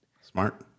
Smart